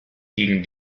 gegen